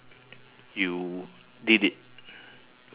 I I did one crazy thing before lah